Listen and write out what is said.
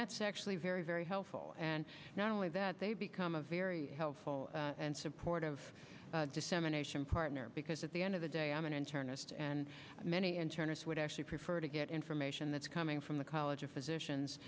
that's actually very very helpful and not only that they become a very helpful and supportive dissemination partner because at the end of the day i'm an internist and many internists would actually prefer to get information that's coming from the college of physician